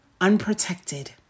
unprotected